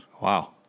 Wow